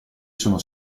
sono